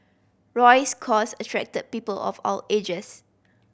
Roy's cause attracted people of all ages